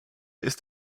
ist